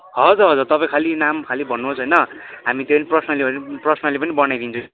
हजुर हजुर तपाईँ खालि नाम खालि भन्नोस् होइन हामी त्यो पनि पर्सनली भए पनि पर्सनली पनि बनाइदिन्छु